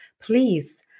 please